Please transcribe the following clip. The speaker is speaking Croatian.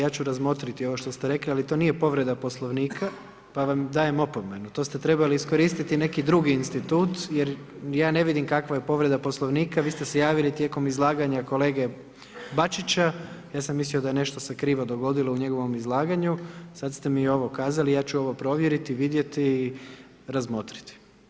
Dakle, ja ću razmotriti ovo što ste rekli ali to nije povreda Poslovnika pa vam dajem opomenu, to ste trebali iskoristiti neki drugi institut jer ja ne vidim kakva je povreda Poslovnika, vi ste se javili tijekom izlaganja kolege Bačića, ja sam mislio da nešto se krivo dogodilo u njegovom izlaganju, sad ste mi ovo kazali, ja ću ovo provjeriti, vidjeti, razmotriti.